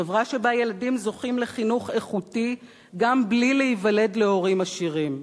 חברה שבה ילדים זוכים לחינוך איכותי גם בלי להיוולד להורים עשירים,